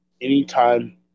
anytime